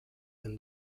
than